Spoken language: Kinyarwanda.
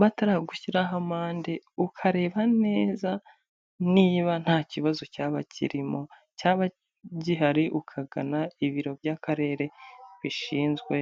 bataragushyiraho amande, ukareba neza niba nta kibazo cyaba kirimo, cyaba gihari ukagana ibiro by'akarere bishinzwe.